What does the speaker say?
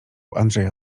andrzeja